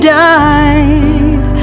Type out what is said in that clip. died